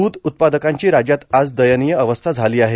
दुध उत्पादकांची राज्यात आज दयनीय अवस्था झाली आहे